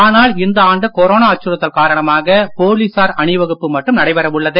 ஆனால் இந்த ஆண்டு கொரோனா அச்சுறுத்தல் காரணமாக போலீசார் அணிவகுப்பு மட்டும் நடைபெற உள்ளது